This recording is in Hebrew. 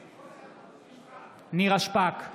נגד נירה שפק,